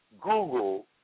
Google